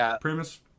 Premise